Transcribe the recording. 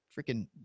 freaking